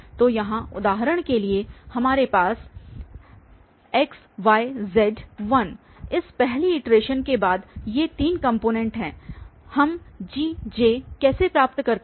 तो यहाँ उदाहरण के लिए हमारे पास x y z 1इस पहली इटरेशन के बाद ये 3 कॉम्पोनेंटस हैं हम Gj कैसे प्राप्त करते हैं